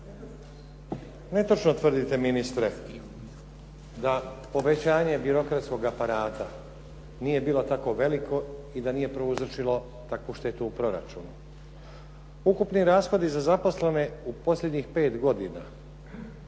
Netočno tvrdite ministre da povećanje birokratskog aparata nije bilo tako veliko i da nije prouzročilo takvu štetu u proračunu. Ukupni rashodi za zaposlene u posljednjih 5 godina